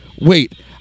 Wait